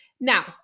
Now